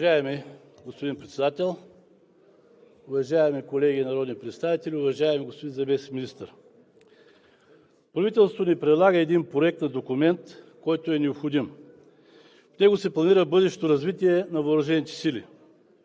Уважаеми господин Председател, уважаеми колеги народни представители, уважаеми господин Заместник-министър! Правителството ни предлага един Проект на документ, който е необходим. В него се планира бъдещото развитие на въоръжените сили.